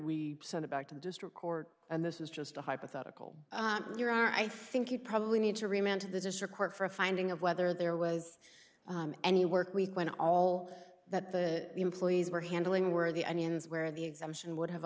we send it back to district court and this is just a hypothetical there are i think you probably need to remount to the district court for a finding of whether there was any work week when all that the employees were handling were the onion's where the exemption would have